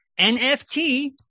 NFT